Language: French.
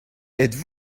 êtes